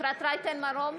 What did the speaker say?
אפרת רייטן מרום,